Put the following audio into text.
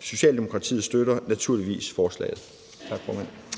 Socialdemokratiet støtter naturligvis forslaget.